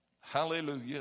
Hallelujah